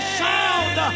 sound